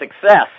success